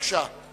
אנו עוברים